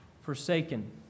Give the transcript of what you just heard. forsaken